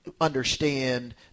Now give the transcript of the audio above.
understand